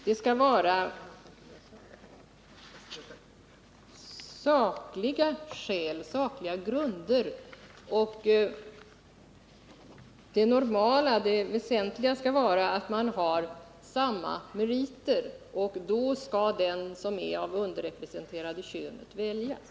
Det skall ske på sakliga grunder. Det normala och väsentliga skall vara att om sökande har samma meriter skall den som tillhör det underrepresenterade könet väljas.